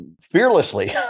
fearlessly